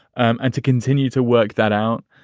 um and to continue to work that out.